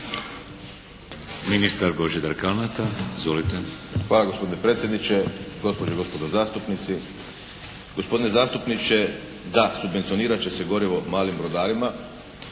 **Kalmeta, Božidar (HDZ)** Hvala gospodine predsjedniče, gospođe i gospodo zastupnici. Gospodine zastupniče! Da. Subvencionirat će se gorivo malim brodarima